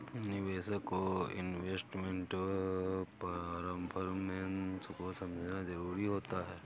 निवेशक को investment performance को समझना जरुरी होता है